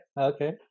Okay